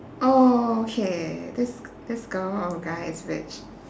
okay this g~ this girl or guy is rich